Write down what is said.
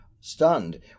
stunned